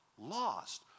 lost